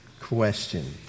question